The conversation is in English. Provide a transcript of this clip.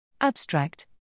Abstract